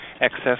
excess